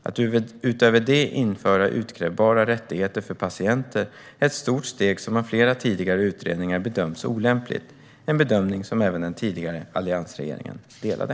Att utöver det införa utkrävbara rättigheter för patienter är ett stort steg som av flera tidigare utredningar bedömts olämpligt - en bedömning som även den tidigare alliansregeringen delade.